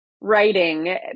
writing